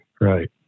Right